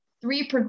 three